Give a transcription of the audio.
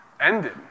ended